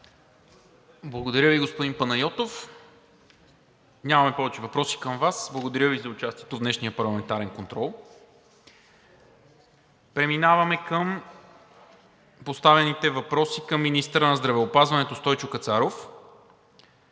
Благодаря Ви, господин Панайотов. Нямаме повече въпроси към Вас. Благодаря Ви за участието в днешния парламентарен контрол. Преминаваме към поставените въпроси към министъра на здравеопазването Стойчо Кацаров.